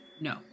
No